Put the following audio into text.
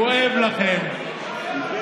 כואב לכם,